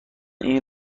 این